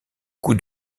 coups